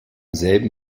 selben